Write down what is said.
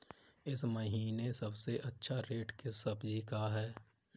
इस महीने सबसे अच्छा रेट किस सब्जी का है?